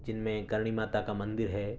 جن میں کرنی ماتا کا مندر ہے